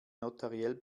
notariell